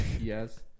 Yes